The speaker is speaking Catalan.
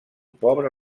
pobre